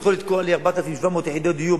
הוא יכול לתקוע לי 4,700 יחידות דיור